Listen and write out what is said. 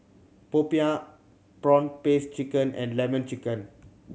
popiah prawn paste chicken and Lemon Chicken